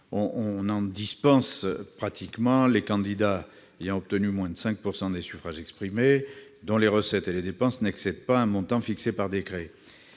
l'on en dispense les candidats ayant obtenu moins de 5 % des suffrages exprimés, dont les recettes et les dépenses n'excèdent pas un montant fixé par décret.